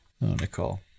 Nicole